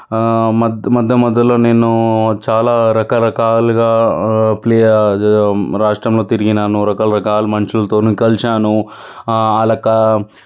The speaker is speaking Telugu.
మధ్య మధ్యలో నేను చాలా రకరకాలుగా ప్లే రాష్ట్రంలో తిరిగినాను రకరకాలు మనుషులని కలిశాను అల్లాక